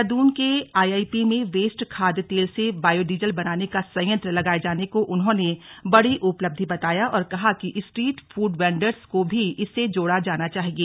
देहरादून के आईआईपी में वेस्ट खाद्य तेल से बायोडीजल बनाने का संयंत्र लगाये जाने को उन्होंने बड़ी उपलब्धि बताया और कहा कि स्ट्रीट फूड येंडर्स को भी इससे जोड़ा जाना चाहिए